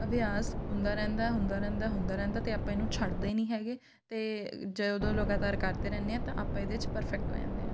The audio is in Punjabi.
ਅਭਿਆਸ ਹੁੰਦਾ ਰਹਿੰਦਾ ਹੁੰਦਾ ਰਹਿੰਦਾ ਹੁੰਦਾ ਰਹਿੰਦਾ ਅਤੇ ਆਪਾਂ ਇਹਨੂੰ ਛੱਡਦੇ ਨਹੀਂ ਹੈਗੇ ਅਤੇ ਜਦੋਂ ਲਗਾਤਾਰ ਕਰਦੇ ਰਹਿੰਦੇ ਹਾਂ ਤਾਂ ਆਪਾਂ ਇਹਦੇ 'ਚ ਪਰਫੈਕਟ ਹੋ ਜਾਂਦੇ ਹਾਂ